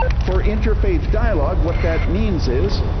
for interfaith dialogue, what that means is,